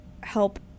help